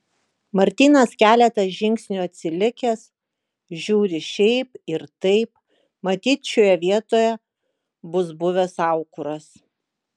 martynas keletą žingsnių atsilikęs žiūri šiaip ir taip matyt šioje vietoje bus buvęs aukuras